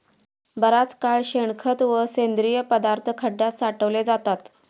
बराच काळ शेणखत व सेंद्रिय पदार्थ खड्यात साठवले जातात